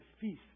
feast